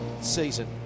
season